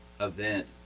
event